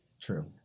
True